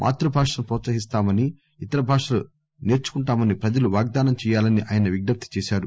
మాతృభాషను ప్రోత్సహిస్తామనీ ఇతర భాషలు నేర్సుకుంటామని ప్రజలు వాగ్గానం చేయాలని ఆయన విజ్ఞప్తి చేశారు